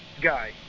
Guy